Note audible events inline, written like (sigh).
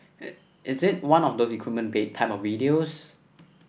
(unintelligible) is it one of those recruitment bait type of videos